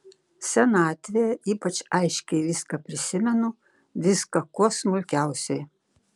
senatvėje ypač aiškiai viską prisimenu viską kuo smulkiausiai